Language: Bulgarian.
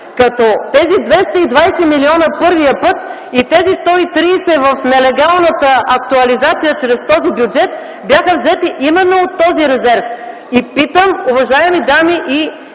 като тези 220 млн. лв. – първия път, и тези 130 милиона – в нелегалната актуализация чрез този бюджет, бяха взети именно от този бюджет. И питам, уважаеми дами и